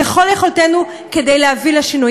ככל יכולתנו, כדי להביא לשינוי.